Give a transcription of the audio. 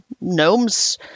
Gnomes